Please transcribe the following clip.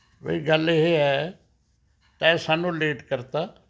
ਵਈ ਗੱਲ ਇਹ ਹੈ ਤੂੰ ਸਾਨੂੰ ਲੇਟ ਕਰਤਾ